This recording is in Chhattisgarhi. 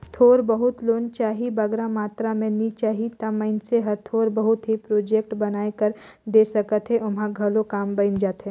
थोर बहुत लोन चाही बगरा मातरा में नी चाही ता मइनसे हर थोर बहुत ही प्रोजेक्ट बनाए कर दे सकत हे ओम्हां घलो काम बइन जाथे